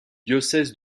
diocèse